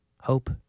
hope